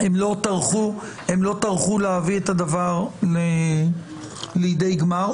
-- הן לא טרחו להביא את הדבר לידי גמר.